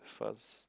first